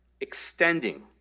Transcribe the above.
extending